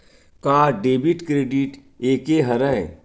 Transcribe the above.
का debit credit एके हरय?